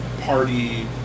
party